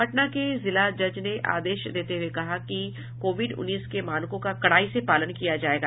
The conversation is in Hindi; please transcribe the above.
पटना के जिला जज ने आदेश देते हुए कहा है कि कोविड उन्नीस के मानकों का कड़ाई से पालन किया जायेगा